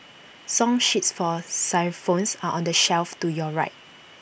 song sheets for xylophones are on the shelf to your right